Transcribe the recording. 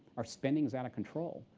our spending is out of control.